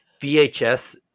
VHS